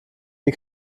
die